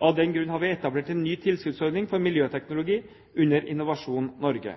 Av den grunn har vi etablert en ny tilskuddsordning for miljøteknologi under Innovasjon Norge.